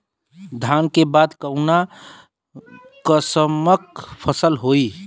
धान के बाद कऊन कसमक फसल होई?